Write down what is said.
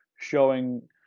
showing